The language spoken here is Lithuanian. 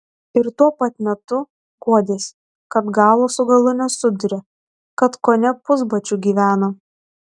ir tuo pat metu guodėsi kad galo su galu nesuduria kad kone pusbadžiu gyvena